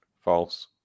False